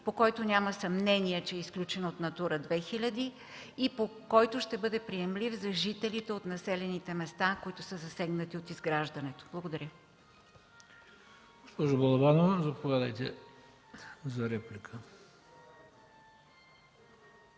по който няма съмнения, че е изключен от „Натура 2000” и който ще бъде приемлив за жителите от населените места, които са засегнати от изграждането. Благодаря.